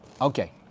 Okay